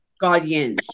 guardians